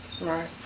Right